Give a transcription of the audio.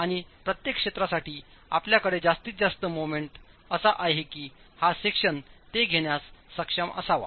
आणि प्रत्येक क्षेत्रासाठी आपल्याकडे जास्तीत जास्त मोमेंट असा आहे की हा सेक्शन ते घेण्यास सक्षम असावा